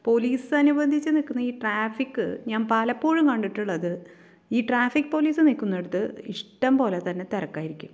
പോലീസനുബന്ധിച്ച് നിൽക്കുന്ന ഈ ട്രാഫിക് ഞാൻ പലപ്പോഴും കണ്ടിട്ടുള്ളത് ഈ ട്രാഫിക് പോലീസ് നിൽക്കുന്നിടത്ത് ഇഷ്ടം പോലെ തന്നെ തിരക്കായിരിക്കും